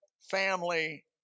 family